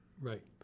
right